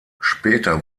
später